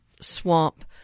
swamp